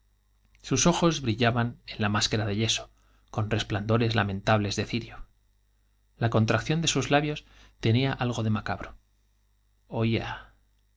sus ojos brjlla puerta ban en la máscara de yeso con resplandores iamentables de cirio la contracción de sus labios tenía algo de macabro oía